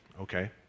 okay